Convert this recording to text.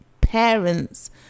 parents